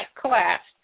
collapsed